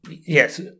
yes